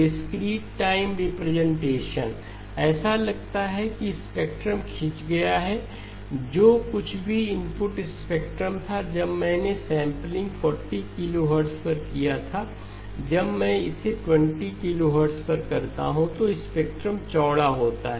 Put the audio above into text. discrete time representation ऐसा लगता है कि स्पेक्ट्रम खिंच गया है जो कुछ भी इनपुट स्पेक्ट्रम था जब मैंने सेंपलिंग 40 किलोहर्ट्ज़ पर किया था जब मैं इसे 20 किलोहर्ट्ज़ पर करता हूँ तो स्पेक्ट्रम चौड़ा होता है